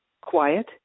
quiet